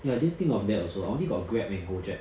ya I didn't think of that also I only got Grab and Gojek